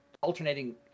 alternating